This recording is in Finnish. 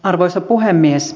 arvoisa puhemies